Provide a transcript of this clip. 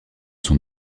son